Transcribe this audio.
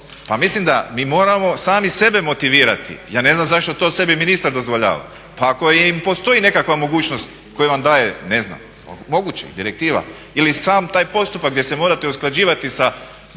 mislim da mi moramo sami sebe motivirati, ja ne znam zašto to sebi ministar dozvoljava. Pa ako i postoji nekakva mogućnost koja vam daje, ne znam, moguće je, direktiva ili sam taj postupak gdje se morate usklađivati sa